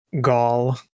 gall